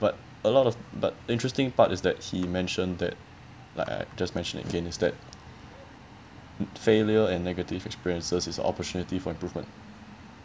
but a lot of the interesting part is that he mentioned that like just mention again is that failure and negative experiences is opportunity for improvement